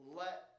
let